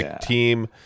team